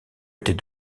était